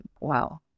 Wow